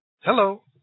Hello